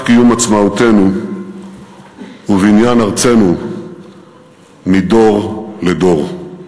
קיום עצמאותנו ובניין ארצנו מדור לדור.